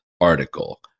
article